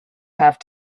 have